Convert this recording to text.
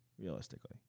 realistically